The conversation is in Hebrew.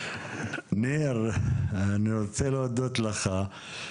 ניר, אני רוצה להודות לך.